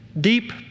deep